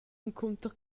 encunter